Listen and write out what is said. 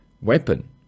weapon